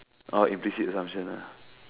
oh implicit assumption ah